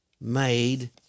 made